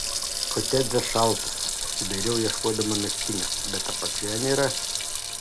kotedžas šaltas apsidairau ieškodama megztinio bet apačioje nėra